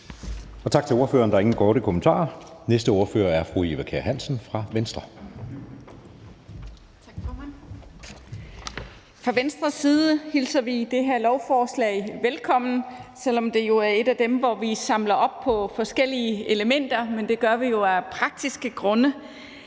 Den næste ordfører er fru Eva Kjer Hansen fra Venstre. Kl. 10:04 (Ordfører) Eva Kjer Hansen (V): Tak, formand. Fra Venstres side hilser vi det her lovforslag velkommen, selv om det er et af dem, hvor vi samler op på forskellige elementer, men det gør vi jo af praktiske grunde.